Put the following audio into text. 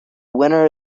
winner